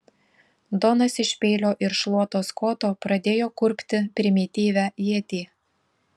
donas iš peilio ir šluotos koto pradėjo kurpti primityvią ietį